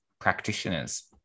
practitioners